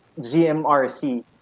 GMRC